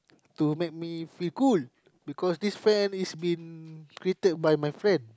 to make me feel cool because this Fen is been created by my friend